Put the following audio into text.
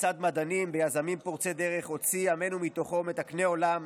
לצד מדענים ויזמים פורצי דרך הוציא עמנו מתוכו מתקני עולם,